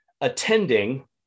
attending